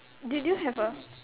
did you have a